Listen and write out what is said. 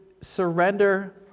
surrender